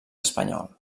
espanyol